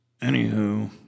Anywho